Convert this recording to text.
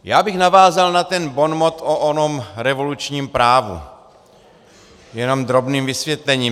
Já bych navázal na onen bonmot o onom revolučním právu jenom drobným vysvětlením.